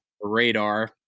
radar